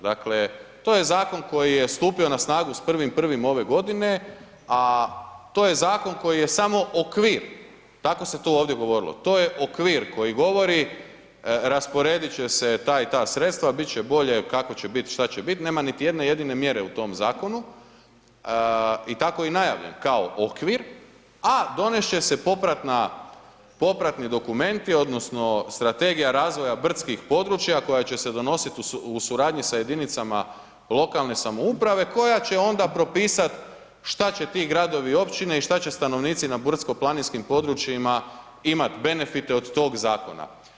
Dakle, to je zakon koji je stupio na snagu s 1.1. ove godine, a to je zakon koji je samo okvir, tako se to ovdje govorilo, to je okvir koji govori rasporedit će se ta i ta sredstva, bit će bolje, kako će bit, šta će bit, nema niti jedne jedine mjere u tom Zakonu i tako je i najavljen, kao okvir, a donest će se popratna, popratni dokumenti odnosno strategija razvoja brdskih područja koja će se donosit u suradnji sa jedinicama lokalne samouprave koja će onda propisat šta će ti Gradovi i Općine, i šta će stanovnici na brdsko-planinskim područjima imat benefite od tog Zakona.